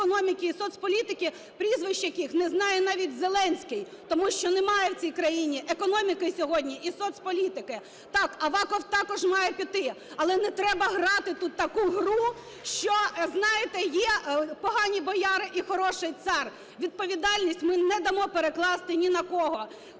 і соцполітики, прізвищ яких не знає навіть Зеленський. Тому що немає в цій країні економіки сьогодні і соцполітики. Так, Аваков також має піти. Але не треба грати тут таку гру, що, знаєте, є погані бояри і хороший цар. Відповідальність ми не дамо перекласти ні на кого.